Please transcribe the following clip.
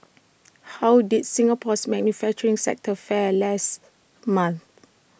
how did Singapore's manufacturing sector fare last month